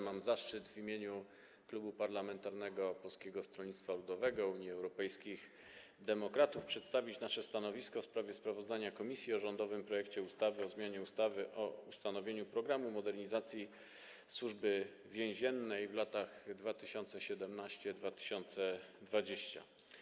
Mam zaszczyt w imieniu klubu Polskiego Stronnictwa Ludowego - Unii Europejskich Demokratów przedstawić nasze stanowisko w sprawie sprawozdania komisji o rządowym projekcie ustawy o zmianie ustawy o ustanowieniu „Programu modernizacji Służby Więziennej w latach 2017-2020”